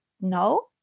No